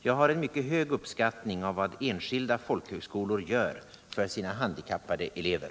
Jag har en mycket hög uppskattning av vad enskilda folkhögskolor gör för sina handikappade elever.